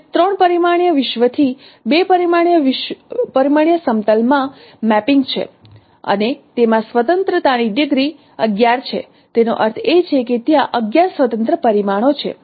તે 3 પરિમાણીય વિશ્વથી 2 પરિમાણીય સમતલમાં મેપિંગ છે અને તેમાં સ્વતંત્રતા ની ડિગ્રી 11 છે તેનો અર્થ એ કે ત્યાં 11 સ્વતંત્ર પરિમાણો છે